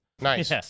Nice